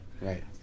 Right